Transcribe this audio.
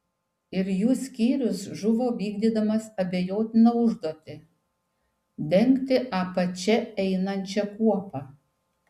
ir jų skyrius žuvo vykdydamas abejotiną užduotį dengti apačia einančią kuopą